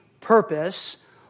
purpose